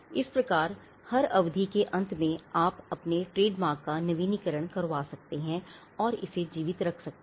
इस प्रकार हर अवधि के अंत में आप अपने ट्रेडमार्क का नवीनीकरण करवा सकते हैं और इसे जीवित रख सकते हैं